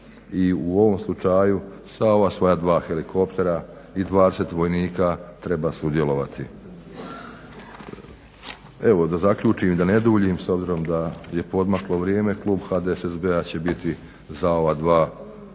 u ovom slučaju sa ova svoja dva helikoptera i 20 vojnika treba sudjelovati. Evo, da zaključim i da ne duljim s obzirom da je poodmaklo vrijeme klub HDSSB-a će biti za ova dva prijedloga